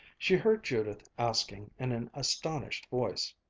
she heard judith asking in an astonished voice,